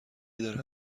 داره